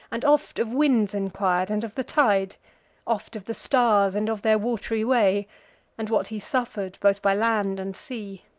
and oft of winds enquir'd, and of the tide oft of the stars, and of their wat'ry way and what he suffer'd both by land and sea.